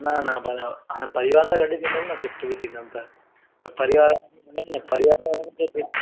न न बराबरि हाणे परिवारि सां गॾु थींदमि न शिफ्ट बि थींदमि त परिवारि न न परिवारि वारनि खे बि